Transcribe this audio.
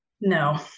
No